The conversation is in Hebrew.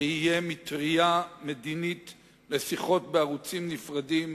שיהיה מטרייה מדינית לשיחות בערוצים נפרדים